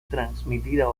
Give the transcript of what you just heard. transmitida